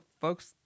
folks